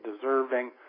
deserving